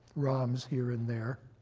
roms here and there,